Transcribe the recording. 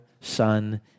Son